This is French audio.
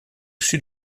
sud